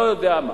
לא יודע מה?